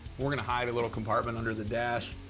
we're gonna hide a little compartment under the dash.